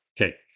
okay